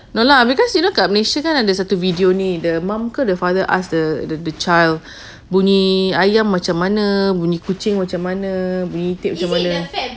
no lah because you know kat malaysia kan ada satu video ni the mum ke the father ask the the child bunyi ayam macam mana bunyi kucing macam mana bunyi itik macam mana